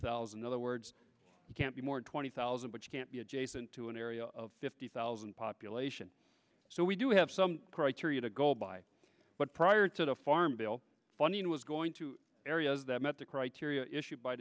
thousand other words you can't be more twenty thousand but you can't be adjacent to an area of fifty thousand population so we do have some criteria to go by but prior to the farm bill funding was going to areas that met the criteria issued by